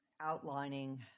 outlining